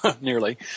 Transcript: nearly